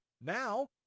now